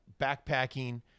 backpacking